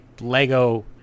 Lego